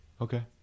Okay